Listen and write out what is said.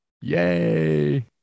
Yay